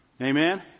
Amen